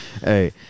hey